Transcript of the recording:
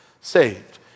saved